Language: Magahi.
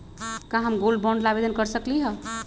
का हम गोल्ड बॉन्ड ला आवेदन कर सकली ह?